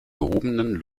gehobenen